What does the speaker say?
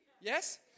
Yes